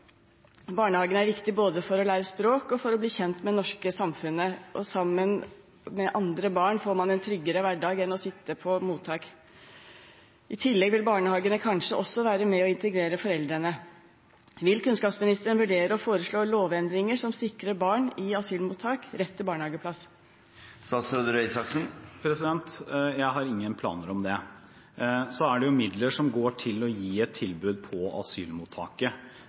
Barnehagen er viktig både for å lære språk og for å bli kjent med det norske samfunnet, og sammen med andre barn får man en tryggere hverdag enn ved å sitte på mottak. I tillegg vil barnehagene kanskje også være med og integrere foreldrene. Vil kunnskapsministeren vurdere å foreslå lovendringer som sikrer barn i asylmottak rett til barnehageplass? Jeg har ingen planer om det. Det er jo midler som går til å gi et tilbud på asylmottaket